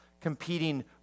competing